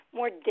more